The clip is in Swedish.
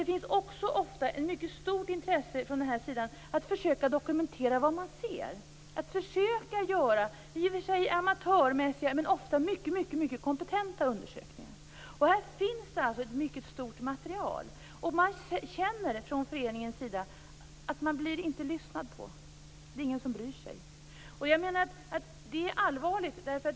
Det finns också på den här sidan ofta ett mycket stort intresse av att försöka dokumentera vad man ser, att försöka göra i och för sig amatörmässiga men ofta mycket kompetenta undersökningar. Här finns det alltså ett mycket stort material. Ändå känner man från föreningens sida att man inte blir lyssnad på. Det är ingen som bryr sig. Detta är allvarligt.